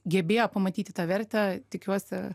gebėjo pamatyti tą vertę tikiuosi